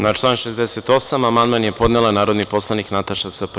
Na član 68. amandman je podnela narodni poslanik Nataša Sp.